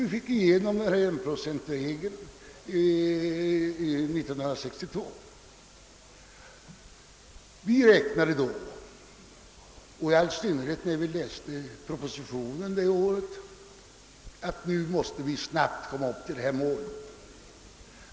Vi fick igenom enprocentregeln 1962. Vi ansåg — i all synnerhet när vi läste propositionen det året — att vi snabbt måste komma fram till detta enprocentmål.